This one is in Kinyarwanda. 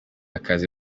akazi